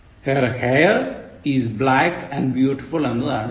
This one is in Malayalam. Her hair is black and beautiful എന്നതാണ് ശരി